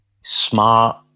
smart